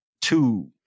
two